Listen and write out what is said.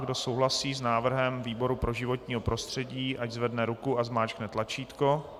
Kdo souhlasí s návrhem výboru pro životní prostředí, ať zvedne ruku a zmáčkne tlačítko.